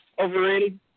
overrated